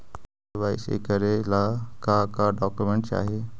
KYC करे ला का का डॉक्यूमेंट चाही?